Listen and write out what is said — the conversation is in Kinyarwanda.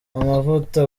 amavuta